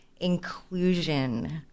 inclusion